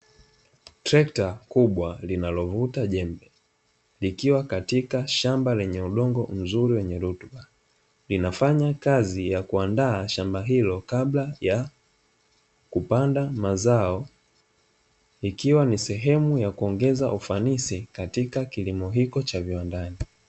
Trekta kubwa linalovuta jembe likiwa katika shamba lenye udongo mzuri wenye rutuba, linafanya kazi ya kuandaa shamba hilo kabla ya kupanda mazao ikiwa ni sehemu ya kuongeza ufanisi katika kilimo hicho cha viwandani.